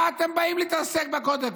מה אתם באים להתעסק בכותל?